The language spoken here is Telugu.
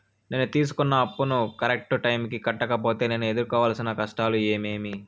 నేను తీసుకున్న అప్పును కరెక్టు టైముకి కట్టకపోతే నేను ఎదురుకోవాల్సిన కష్టాలు ఏమీమి?